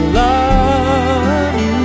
love